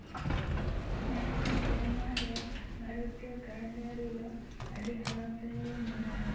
ᱱᱮ ᱦᱟᱹᱞᱤ ᱥᱮᱨᱢᱟ ᱨᱮ ᱵᱷᱟᱨᱚᱛᱤᱭᱚ ᱠᱟᱹᱣᱰᱤ ᱟᱹᱨᱤ ᱫᱚ ᱟᱹᱰᱤ ᱦᱟᱞᱚᱛ ᱨᱮᱜᱮ ᱢᱮᱱᱟᱜᱼᱟ